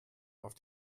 auf